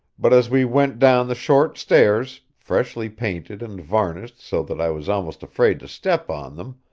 but as we went down the short stairs, freshly painted and varnished so that i was almost afraid to step on them,